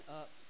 up